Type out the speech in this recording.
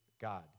God